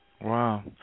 wow